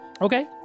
Okay